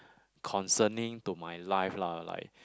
concerning to my life lah like